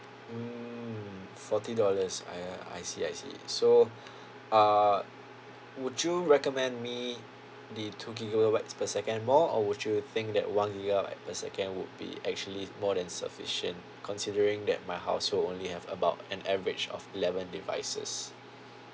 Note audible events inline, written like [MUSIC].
mm forty dollars I uh I see I see so [BREATH] uh would you recommend me the two gigabytes per second more or would you think that one gigabyte per second would be actually more than sufficient considering that my household only have about an average of eleven devices